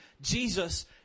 Jesus